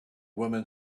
woman